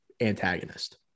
Antagonist